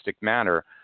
manner